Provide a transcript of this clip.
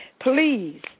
Please